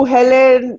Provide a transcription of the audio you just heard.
Helen